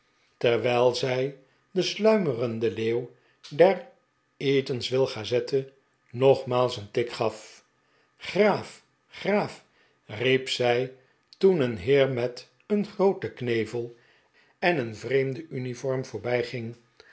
terwijl zij de pickwick club den sluimerenden leeuw der eatanswillgazetfe nogmaals een tik gaf graaf graaf riep zij toen een heer met een grooten knevel en een vreemde uniform